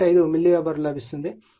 5 milliweber గా లభిస్తుంది